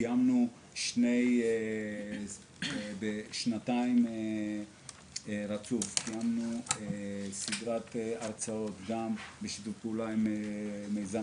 קיימנו במשך שנתיים רצוף סדרת הרצאות גם בשיתוף פעולה עם מיזם